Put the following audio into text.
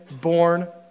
born